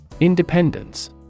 independence